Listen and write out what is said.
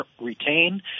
retain